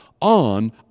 on